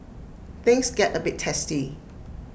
things get A bit testy